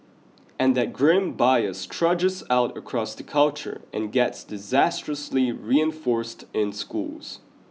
and that grim bias trudges out across the culture and gets disastrously reinforced in schools